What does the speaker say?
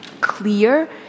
clear